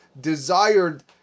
desired